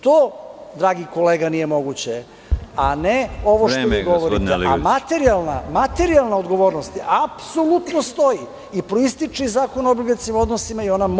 To, dragi kolega, nije moguće, a ne ovo što vi govorite, a materijalna odgovornost apsolutno stoji i proističe iz Zakona o obligacionim odnosima i ona mora da postoji.